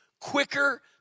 quicker